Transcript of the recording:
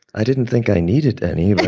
i didn't think i needed any.